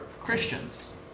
Christians